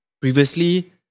previously